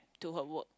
to her work